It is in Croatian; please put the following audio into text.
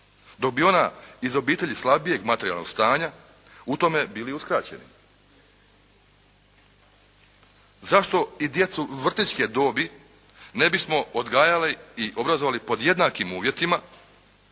dok bi ona iz obitelji slabijeg materijalnog stanja u tome bili uskraćeni. Zašto i djecu vrtićke dobi ne bismo odgajali i obrazovali pod jednakim uvjetima?